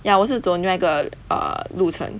ya 我是走另外一个 err 路程